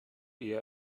eher